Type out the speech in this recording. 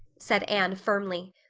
said anne firmly.